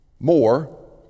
more